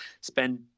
spend